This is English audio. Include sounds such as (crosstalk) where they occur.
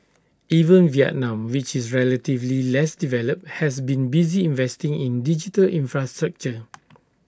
even Vietnam which is relatively less developed has been busy investing in digital infrastructure (noise)